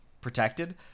protected